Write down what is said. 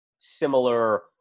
Similar